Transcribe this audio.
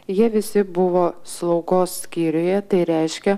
jie visi buvo slaugos skyriuje tai reiškia